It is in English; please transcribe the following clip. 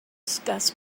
discuss